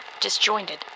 disjointed